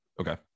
Okay